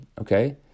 okay